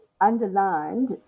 underlined